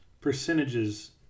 percentages